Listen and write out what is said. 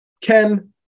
Ken